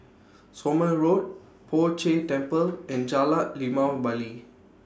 Somme Road Poh Jay Temple and Jalan Limau Bali